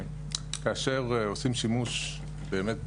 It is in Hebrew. כאשר עושים שימוש באמת,